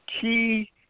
key